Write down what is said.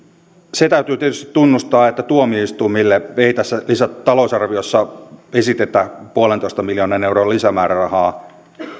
se täytyy tietysti tunnustaa että tuomioistuimille ei tässä talousarviossa esitetä yhden pilkku viiden miljoonan euron lisämäärärahaa